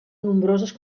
nombroses